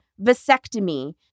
vasectomy